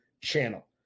channel